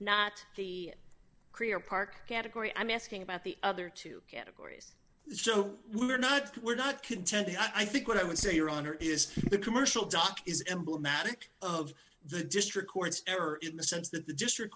not the career park category i'm asking about the other two categories so we're not we're not contending i think what i would say your honor is the commercial dock is emblematic of the district court's error in the sense that the district